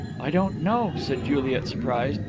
i don't know, said juliet, surprised.